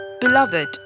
beloved